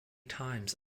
times